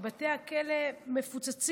כי בתי הכלא מפוצצים,